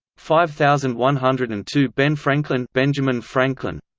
five thousand one hundred and two benfranklin benfranklin